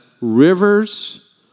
rivers